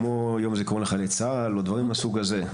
כמו יום הזיכרון לחללי צה"ל או דברים מהסוג הזה.